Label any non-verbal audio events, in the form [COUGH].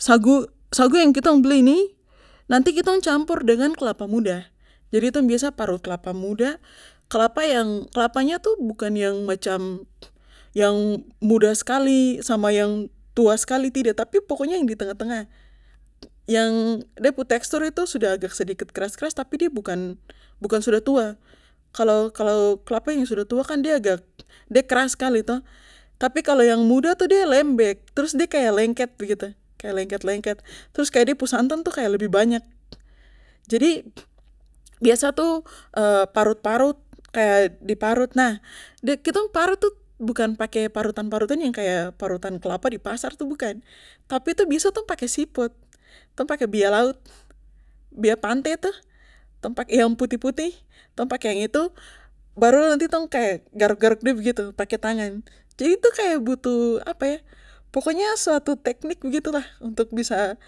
Sagu sagu yang kitong beli ini nanti kitong campur dengan kelapa muda jadi tong biasa parut kelapa muda kelapa yang kelapanya itu bukan yang macam yang muda skali sama yang tua skali tidak tapi pokoknya yang ditengah tengah yang de pu tekstur sudah agak sedikit keras keras tapi de bukan bukan sudah tua kalo kalo kelapa yang sudah tua kan de agak keras skali toh tapi kalo yang muda tuh de lembek trus de kaya lengket begitu kaya lengket lengket trus kaya de punya santan itu lebih banyak jadi biasa tuh [HESITATION] parut parut kaya di parut nah kitong parut tuh bukan pake parutan parutan kaya parutan kelapa di pasar itu bukan tapi itu biasa tuh tong pake sipot tong pake bia laut bia pante tuh yang putih putih tong pake yang itu baru nanti tong kaya garuk garuk de begitu pake tangan jadi itu kaya butuh apa [HESITATION] pokoknya suatu teknik begitulah untuk bisa